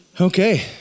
Okay